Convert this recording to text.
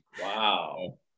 Wow